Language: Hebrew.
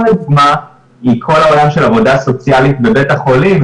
לדוגמה היא כל העולם של עבודה סוציאלית בבית החולים,